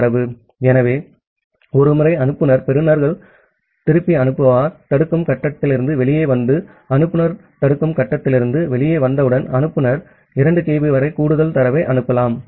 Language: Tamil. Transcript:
ஆகவே ஒரு முறை அனுப்புநர் பெறுநர்கள் திருப்பி அனுப்புபவர் தடுக்கும் கட்டத்திலிருந்து வெளியே வந்து அனுப்புநர் தடுக்கும் கட்டத்திலிருந்து வெளியே வந்தவுடன் அனுப்புநர் 2 kB வரை கூடுதல் தரவை அனுப்பலாம்